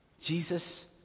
Jesus